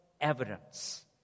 evidence